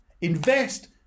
Invest